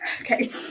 okay